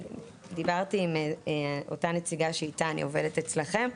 דיברתי עם אותה נציגה שאיתה אני עובדת אצלכם,